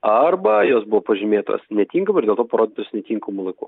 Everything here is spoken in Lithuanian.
arba jos buvo pažymėtos netinkamu ir dėl to parodytos netinkamu laiku